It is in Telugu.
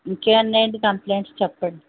ఇంకేమున్నాయండి కంప్లైన్ట్స్ చెప్పండి